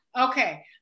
okay